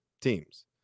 teams